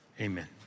amen